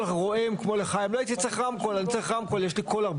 התאריך עוזר להתכוונן אליו.